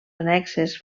annexes